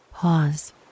Pause